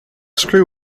screw